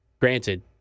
granted